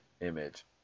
image